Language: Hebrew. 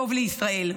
טוב לישראל".